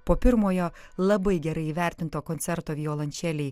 po pirmojo labai gerai įvertinto koncerto violončelei